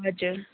हजुर